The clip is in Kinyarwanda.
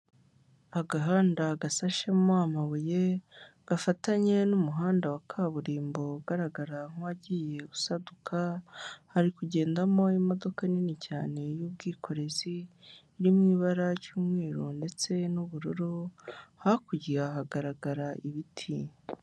Agahanda gasashemo amabuye gafatanye n'umuhanda wa kaburimbo ugaragara nk'uwagiye usaduka, hari kugendamo imodoka nini cyane y'ubwikorezi iri mui ibara ry'umweru ndetse n'ubururu hakurya hagaragara ibiti.